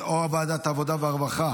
או לוועדת העבודה והרווחה.